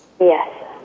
Yes